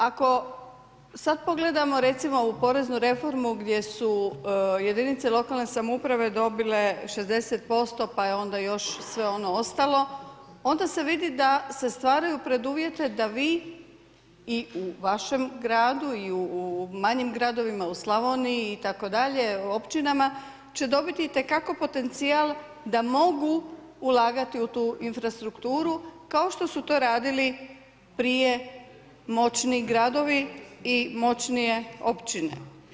Ako sad pogledamo recimo u poreznu reformu gdje su jedinice lokalne samouprave dobile 60% pa je onda još sve ono ostalo, onda se vidi da se stvaraju preduvjeti da vi i u vašem gradu i u manjim gradovima u Slavoniji itd. općinama će dobiti itekako potencijal da mogu ulagati u tu infrastrukturu kao što su to radili prije moćni gradovi i moćnije općine.